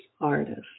artist